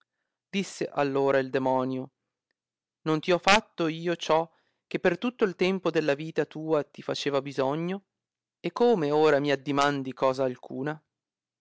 disse all ora il demonio non ti ho fatto io ciò che per tutto il tempo della vita tua ti faceva bisogno e come ora mi addimandi cosa alcuna